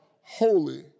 holy